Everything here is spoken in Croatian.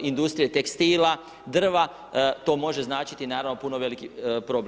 industrije tekstila, drva, to može značiti puno veliki problem.